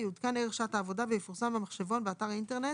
יעודכן ערך שעת העבודה ויפורסם במחשבון באתר האינטרנט